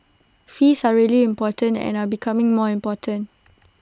fees are really important and are becoming more important